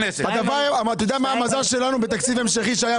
המזל שלנו בתקציב ההמשכי שהיה,